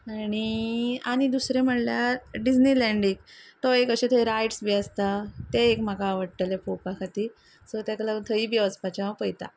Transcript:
दुसरें म्हणल्यार डिजनी लँडीक तो एक अशे थंय रायड्स बी आसता ते एक म्हाका आवडटले पळोवपा खातीर सो ताका लागून थंय बी वचपाचें हांव पळयतां